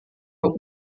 nur